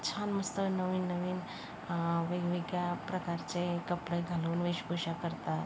छान मस्त नवीन नवीन वेगवेगळ्या प्रकारचे कपडे घालून वेशभूषा करतात